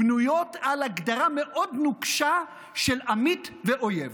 בנויים על הגדרה מאוד נוקשה של עמית ואויב.